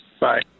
Bye